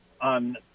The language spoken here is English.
on